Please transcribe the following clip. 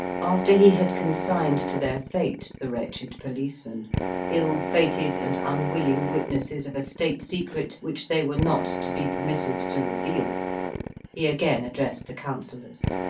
after he had consigned to their fate the wretched policemen ill-fated and unwilling witnesses of a state-secret which they were not to be permitted to reveal he again addressed the counsellors.